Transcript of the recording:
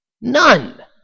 None